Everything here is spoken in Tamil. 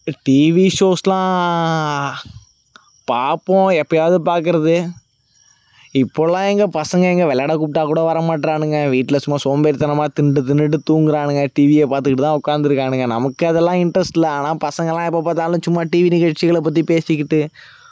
டிவி ஷோஸ்லாம் பார்ப்போம் எப்போயாவது பார்க்குறது இப்போதெல்லாம் எங்கள் பசங்கள் எங்கே விளையாட கூப்பிட்டா கூட வர மாட்டேறானுங்க வீட்டில் சும்மா சோம்பேறி தனமாக தின்றுட்டு தின்றுட்டு தூங்குகிறானுங்க டிவியை பார்த்துக்கிட்டுதான் உட்காந்துருக்கானுங்க நமக்கதெலாம் இன்ட்ரஸ்ட் இல்லை ஆனால் பசங்களெலாம் எப்போ பார்த்தாலும் சும்மா டிவி நிகழ்ச்சிகளை பற்றி பேசிக்கிட்டு